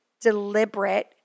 deliberate